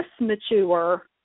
mature